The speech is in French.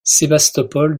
sébastopol